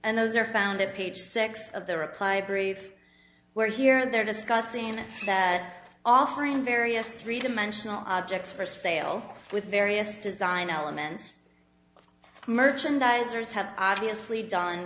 and those are found that page six of the reply brief where here they're discussing it offering various three dimensional objects for sale with various design elements merchandisers have obviously done